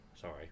Sorry